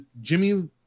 Jimmy